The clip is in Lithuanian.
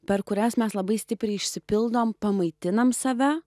per kurias mes labai stipriai išsipildm pamaitinam save